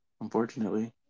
unfortunately